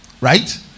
Right